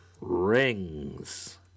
Rings